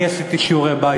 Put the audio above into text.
אני עשיתי שיעורי בית.